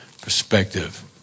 perspective